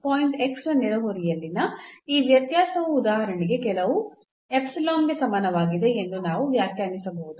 point ನ ನೆರೆಹೊರೆಯಲ್ಲಿನ ಈ ವ್ಯತ್ಯಾಸವು ಉದಾಹರಣೆಗೆ ಕೆಲವು ಗೆ ಸಮಾನವಾಗಿದೆ ಎಂದು ನಾವು ವ್ಯಾಖ್ಯಾನಿಸಬಹುದು